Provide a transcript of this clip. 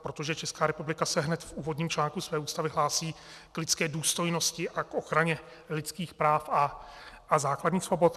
Protože Česká republika se hned v úvodním článku své Ústavy hlásí k lidské důstojnosti a k ochraně lidských práv a základních svobod.